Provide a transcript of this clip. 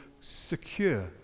secure